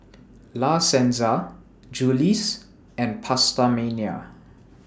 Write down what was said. La Senza Julie's and PastaMania